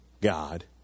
God